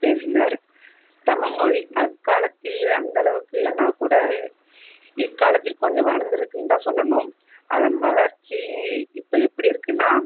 பேசினர் தமிழ்மொழி அக்காலத்தில் ய அந்தளவுக்கு இல்லைனா கூட இக்காலத்தில் கொஞ்சம் வளர்ந்துருக்குனுதா சொல்லணும் அதன் வளர்ச்சி இப்போ எப்படி இருக்குதுனா